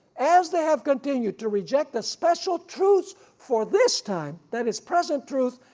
as they have continued to reject the special truths for this time, that is present truth,